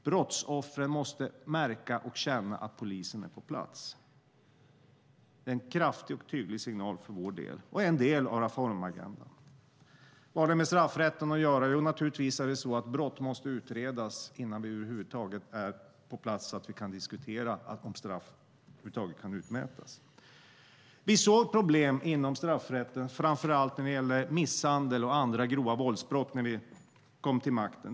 Brottsoffren måste märka och känna att polisen är på plats. Det är en kraftig och tydlig signal för vår del, och det är en del av reformagendan. Vad har detta med straffrätten att göra? Jo, naturligtvis är det så att brott måste utredas innan det är på sin plats att diskutera om straff över huvud taget kan utmätas. Vi såg problem inom straffrätten framför allt när det gäller misshandel och andra grova våldsbrott när vi kom till makten.